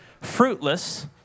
fruitless